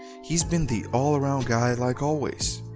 he's been the all-around guy like always.